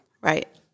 Right